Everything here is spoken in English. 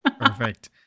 perfect